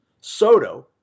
Soto